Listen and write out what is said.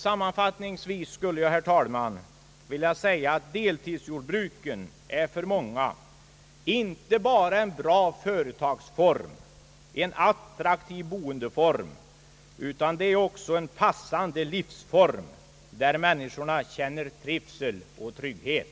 Sammanfattningsvis skulle jag, herr talman, vilja säga att deltidsjordbruken för många är inte bara en bra företagsform, en attraktiv boendeform, utan också en passande livsform där människorna känner trivsel och trygghet.